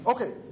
Okay